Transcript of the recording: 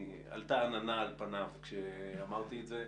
עלתה עננה על פניו כשאמרתי את זה,